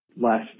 last